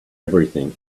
everything